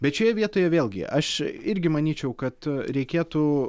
bet šioje vietoje vėlgi aš irgi manyčiau kad reikėtų